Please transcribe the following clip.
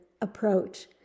approach